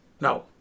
No